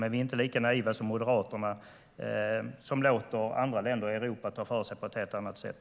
Men vi är inte lika naiva som Moderaterna, som låter andra länder i Europa ta för sig på ett helt annat sätt.